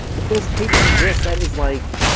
if those tapes exist, that is, like